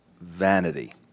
vanity